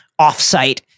offsite